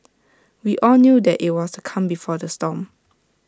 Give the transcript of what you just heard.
we all knew that IT was the calm before the storm